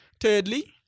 Thirdly